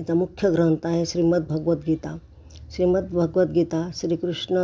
याचा मुख्य ग्रंथ आहे श्रीमद्भगवद्गीता श्रीमद्भगवद्गीता हा श्रीकृष्ण